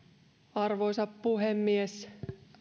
arvoisa puhemies